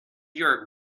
your